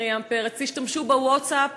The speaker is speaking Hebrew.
מרים פרץ: השתמשו בווטסאפ